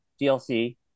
dlc